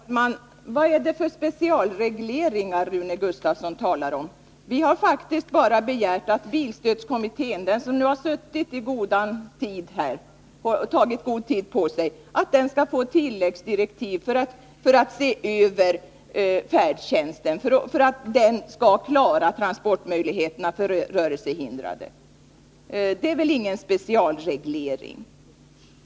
Herr talman! Vad är det för specialregleringar Rune Gustavsson talar om? Vi har faktiskt bara begärt att bilstödskommittén, som tagit så god tid på sig, skall få tilläggsdirektiv i syfte att den skall se över färdtjänsten för att denna skall klara transporterna av rörelsehindrade. Men det är väl ingen specialreglering.